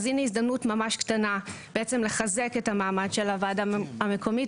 אז הנה הזדמנות ממש קטנה בעצם לחזק את המעמד של הוועדה המקומית